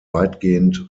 weitgehend